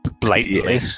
blatantly